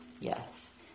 yes